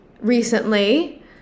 recently